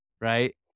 Right